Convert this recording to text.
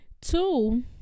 Two